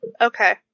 Okay